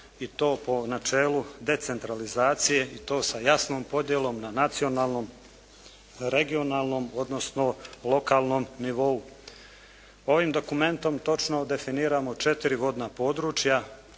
i to po načelu decentralizacije i to sa jasnom podjelom na nacionalnom, regionalnom odnosno lokalnom nivou. Ovim dokumentom točno definirano četiri vodna područja